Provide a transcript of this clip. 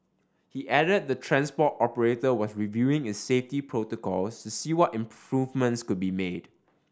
he added the transport operator was reviewing its safety protocols to see what improvements could be made